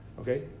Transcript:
Okay